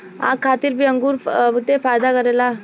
आँख खातिर भी अंगूर बहुते फायदा करेला